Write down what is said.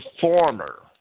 former